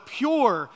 pure